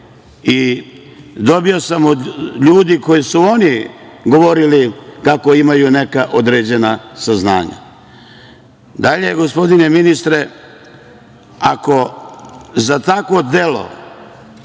dobio sam od ljudi o kojima su oni govorili kako imaju neka određena saznanja. Gospodine ministre, ako za takvo delo